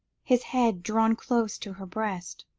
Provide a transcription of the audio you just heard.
his head drawn close to her breast.